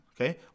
Okay